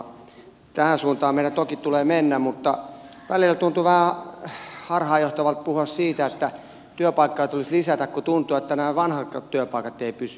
tähän suuntaan meidän toki tulee mennä mutta välillä tuntuu vähän harhaanjohtavalta puhua siitä että työpaikkoja tulisi lisätä kun tuntuu että nämä vanhatkaan työpaikat eivät pysy